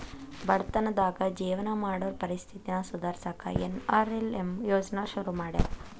ಬಡತನದಾಗ ಜೇವನ ಮಾಡೋರ್ ಪರಿಸ್ಥಿತಿನ ಸುಧಾರ್ಸಕ ಎನ್.ಆರ್.ಎಲ್.ಎಂ ಯೋಜ್ನಾ ಶುರು ಮಾಡ್ಯಾರ